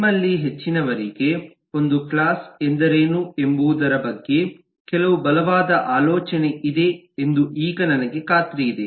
ನಿಮ್ಮಲ್ಲಿ ಹೆಚ್ಚಿನವರಿಗೆ ಒಂದು ಕ್ಲಾಸ್ ಎಂದರೇನು ಎಂಬುದರ ಬಗ್ಗೆ ಕೆಲವು ಬಲವಾದ ಆಲೋಚನೆ ಇದೆ ಎಂದು ಈಗ ನನಗೆ ಖಾತ್ರಿಯಿದೆ